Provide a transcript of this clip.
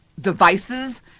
devices